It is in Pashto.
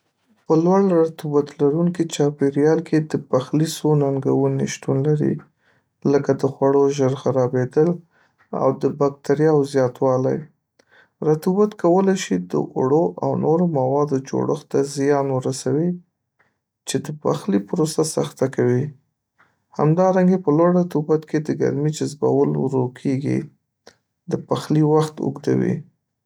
په لوړ رطوبت لرونکي چاپیریال کې د پخلي څو ننګونې شتون لري، لکه د خوړو ژر خرابیدل او د بکتریاوو زیاتوالی. رطوبت کولی شي د اوړو او نورو موادو جوړښت ته زیان ورسوي، چې د پخلي پروسه سخته کوي. همدارنګه، په لوړ رطوبت کې د ګرمۍ جذبول ورو کیږي د پخلي وخت اوږدوي.